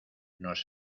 nos